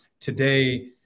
today